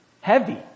Heavy